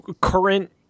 current